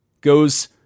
goes